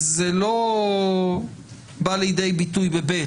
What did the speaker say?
זה לא בא לידי ביטוי ב-ב,